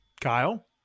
Kyle